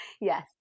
Yes